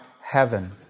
heaven